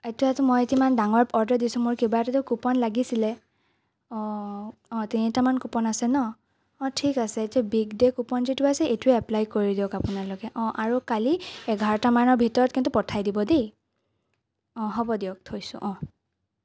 এইটো আজি মই এটা ইমান ডাঙৰ অৰ্ডাৰ দিছোঁ মোৰ কিবা এটাতো কুপন লাগিছিলে অঁ অঁ তিনিটামান কুপন আছে ন অ ঠিক আছে এইটো বিগ ডে' কুপন যিটো আছে এইটোৱে এপ্লাই কৰি দিয়ক আপোনালোকে অঁ আৰু কালি এঘাৰটামানৰ ভিতৰত কিন্তু পঠাই দিব দেই অ হ'ব দিয়ক থৈছোঁ অ